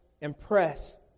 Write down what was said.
impressed